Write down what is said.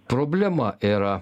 problema yra